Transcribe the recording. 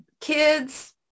kids